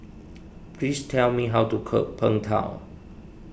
please tell me how to cook Png Tao